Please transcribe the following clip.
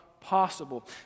possible